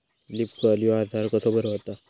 Leaf curl ह्यो आजार कसो बरो व्हता?